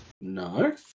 No